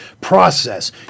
process